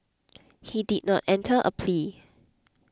he did not enter a plea